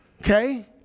Okay